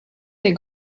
des